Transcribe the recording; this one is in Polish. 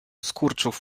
skurczów